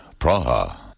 Praha